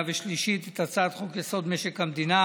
ושלישית את הצעת חוק-יסוד: משק המדינה